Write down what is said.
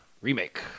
remake